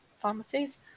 pharmacies